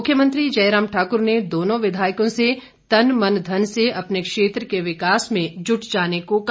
मुख्यमंत्री जयराम ठाकुर ने दोनों विधायकों से तन मन धन से अपने क्षेत्र के विकास में जुट जाने को कहा